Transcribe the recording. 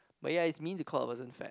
but ya is mean to call a person fat